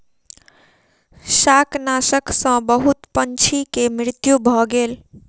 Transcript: शाकनाशक सॅ बहुत पंछी के मृत्यु भ गेल